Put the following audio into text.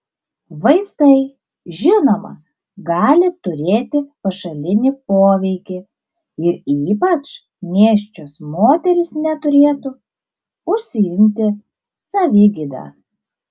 vaistai žinoma gali turėti pašalinį poveikį ir ypač nėščios moterys neturėtų užsiimti savigyda